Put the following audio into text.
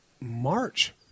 March